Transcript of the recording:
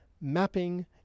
mapping